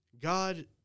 God